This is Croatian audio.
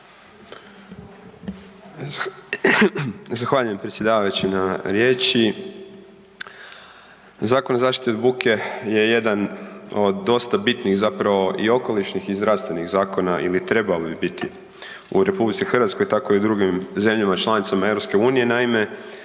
Zahvaljujem predsjedavajući na riječi. Zakon o zaštiti od buke je jedan od dosta bitnih zapravo i okolišnih i zdravstvenih zakona ili trebao bi biti u RH tako i u drugim zemljama članicama EU. Naime,